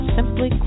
Simply